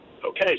Okay